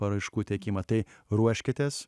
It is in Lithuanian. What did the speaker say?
paraiškų teikimą tai ruoškitės